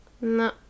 No